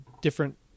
different